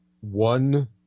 one